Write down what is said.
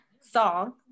song